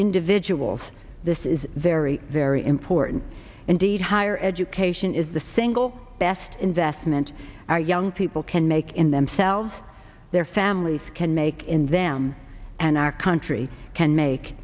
individuals this is very very important and need higher education is the single best investment our young people can make in themselves their families can make in them and our country can make